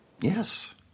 yes